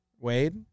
Wade